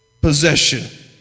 possession